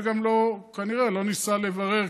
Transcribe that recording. וגם כנראה לא ניסה לברר,